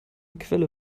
quelle